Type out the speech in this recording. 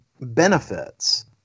benefits